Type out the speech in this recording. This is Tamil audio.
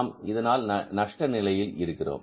நாம் இதனால் நஷ்ட நிலையில் இருக்கிறோம்